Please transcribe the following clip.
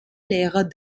lehrer